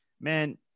man